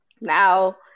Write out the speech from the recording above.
now